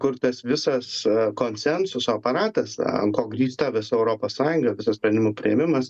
kur tas visas konsensuso aparatas ant ko grįsta visa europos sąjunga visas sprendimų priėmimas